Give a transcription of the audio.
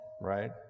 right